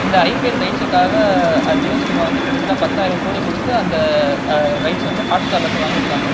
இந்த ஐபிஎல் ரைட்ஸுக்காக at Jio cinema வந்து கிட்டத்தட்ட பத்தாயிரம் கோடி கொடுத்து அந்த ரைட்ஸ் வந்து ஹாட்ஸ்டார்லருந்து வாங்கி இருக்காங்கள்